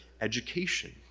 education